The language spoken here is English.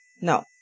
No